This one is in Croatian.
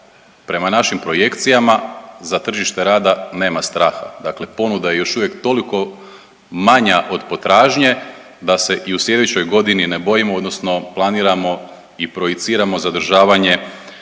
Prema našim projekcijama za tržište rada nema straha. Dakle, ponuda je još uvijek toliko manja od potražnje da se i u sljedećoj godini ne bojimo, odnosno planiramo i projiciramo zadržavanje